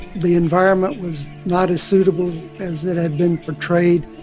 the environment was not as suitable as it had been portrayed.